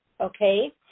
okay